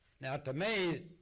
now to me,